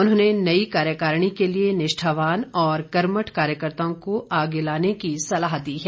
उन्होंने नई कार्यकारिणी के लिए निष्ठावान और कर्मठ कार्यकर्ताओं को आगे लाने की सलाह दी है